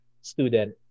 student